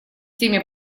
теми